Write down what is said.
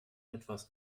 etwas